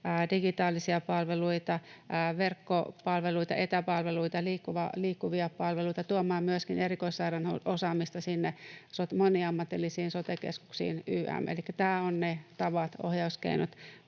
digitaalisia palveluita, verkkopalveluita, etäpalveluita, liikkuvia palveluita, tuomaan myöskin erikoissairaanhoidon osaamista sinne moniammatillisiin sote-keskuksiin ym. Elikkä nämä ovat ne tavat, ohjauskeinot,